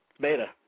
Beta